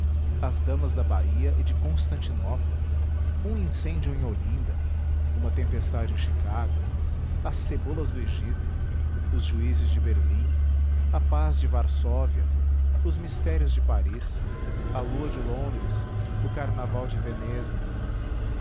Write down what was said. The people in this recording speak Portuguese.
as damas da bahia e de constantinopla um incêndio em olinda uma tempestade em chicago as cebolas do egito os juizes de berlim a paz de varsóvia os mistérios de paris a lua de londres o carnaval de veneza